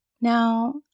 Now